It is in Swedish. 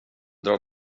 drar